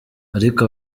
ariko